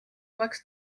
oleks